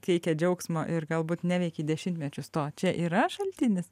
teikė džiaugsmo ir galbūt neveiki dešimtmečius to čia yra šaltinis